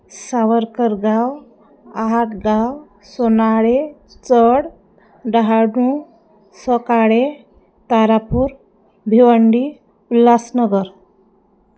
सावरकरगाव आहाटगांव सोनाळे चड डहाणू सफाळे तारापूर भिवंडी उल्हासनगर